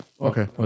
okay